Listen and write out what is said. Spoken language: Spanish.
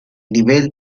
nivel